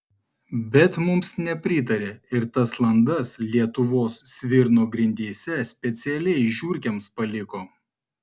bet mums nepritarė ir tas landas lietuvos svirno grindyse specialiai žiurkėms paliko